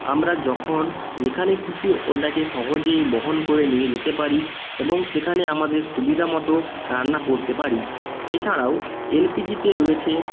আমরা যখন যেখানে খুশি ওটাকে সহজে বহন করে নিয়ে যেতে পারি এবং সেখানে আমাদের সুবিধা মতো রান্না করতে পারি এছাড়াও এলপিজিতে রয়েছে